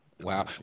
Wow